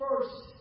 First